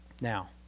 Now